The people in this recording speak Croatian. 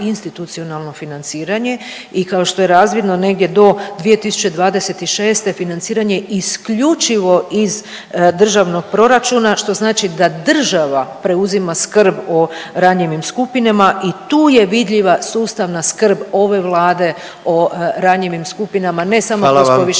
institucionalno financiranje i kao što je razvidno negdje do 2026. financiranje isključivo iz Državnog proračuna što znači da država preuzima skrb o ranjivim skupinama i tu je vidljiva sustavna skrb ove Vlade o ranjivim skupinama ne samo kroz povišenje